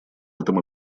этом